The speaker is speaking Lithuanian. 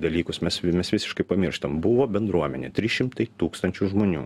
dalykus mes mes visiškai pamirštam buvo bendruomenė trys šimtai tūkstančių žmonių